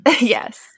Yes